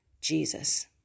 Jesus